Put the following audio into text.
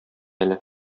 әле